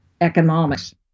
Economics